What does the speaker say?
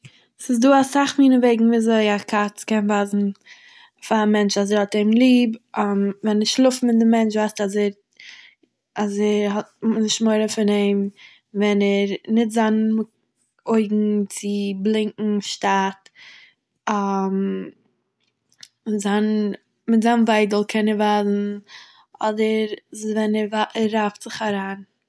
ס'איז דא אסאך מינע וועגן ווי אזוי א קאץ קען ווייזן פאר א מענטש אז ער האט אים ליב, ווען ער שלאפט מיט דער מענטש ווייזט ער אז ער אז ער האט נישט מורא פון אים ווען ער נוצט זיין אויגן צו בלינקען שטארק מיט זיין מיט זיין וויידל קען ער ווייזן אדער ז ווען ער רייבט זיך אריין.